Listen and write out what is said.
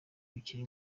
bikiri